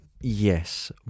Yes